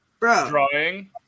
Drawing